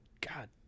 God